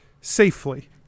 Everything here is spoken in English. safely